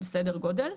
בסדר גודל.